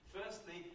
Firstly